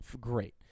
great